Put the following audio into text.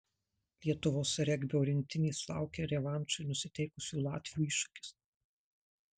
lietuvos regbio rinktinės laukia revanšui nusiteikusių latvių iššūkis